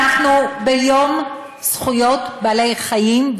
אנחנו ביום זכויות בעלי-החיים,